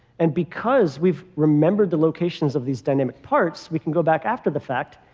and because we've remembered the locations of these dynamic parts, we can go back after the fact.